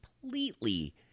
completely